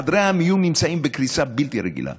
חדרי המיון נמצאים בקריסה בלתי רגילה.